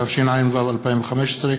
התשע"ו 2015,